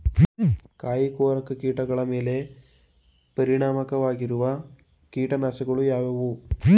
ಕಾಯಿಕೊರಕ ಕೀಟಗಳ ಮೇಲೆ ಪರಿಣಾಮಕಾರಿಯಾಗಿರುವ ಕೀಟನಾಶಗಳು ಯಾವುವು?